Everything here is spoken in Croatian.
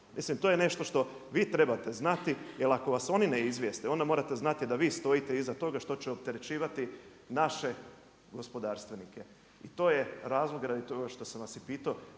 Mislim to je nešto što vi trebate znati, jer ako vas oni ne izvijeste onda morate znati da vi stojite iza toga što će opterećivati naše gospodarstvenike. I to je razlog radi toga što sam vas i pitao,